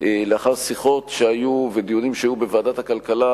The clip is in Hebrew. לאחר שיחות ודיונים שהיו בוועדת הכלכלה,